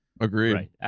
Agreed